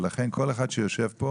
לכן, כל אחד שיושב פה